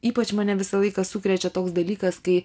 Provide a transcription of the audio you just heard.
ypač mane visą laiką sukrečia toks dalykas kai